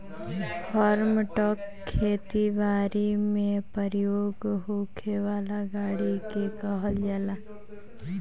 form truck खेती बारी में प्रयोग होखे वाला गाड़ी के कहल जाला